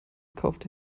kaufte